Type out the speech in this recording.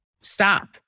stop